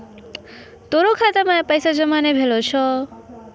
तोरो खाता मे आइ पैसा जमा नै भेलो छौं